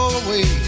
away